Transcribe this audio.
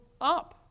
up